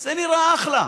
זה נראה אחלה.